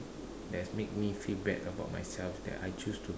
that's make me feel bad about myself that I choose to